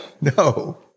no